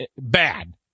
bad